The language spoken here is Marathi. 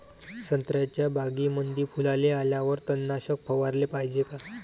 संत्र्याच्या बगीच्यामंदी फुलाले आल्यावर तननाशक फवाराले पायजे का?